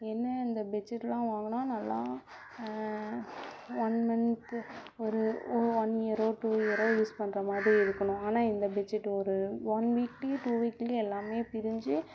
என்ன இந்த பெட்ஷீட்லாம் வாங்குனா நல்லா ஒன் மந்த் ஒரு ஒன் இயரோ டூ இயரோ யூஸ் பண்ணுற மாதிரி இருக்கணும் ஆனால் இந்த பெட்ஷீட் ஒரு ஒன் வீக்ல டூ வீக்ல எல்லாமே பிரிந்து